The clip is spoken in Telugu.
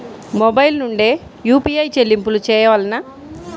మొబైల్ నుండే యూ.పీ.ఐ చెల్లింపులు చేయవలెనా?